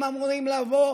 הם אמורים לבוא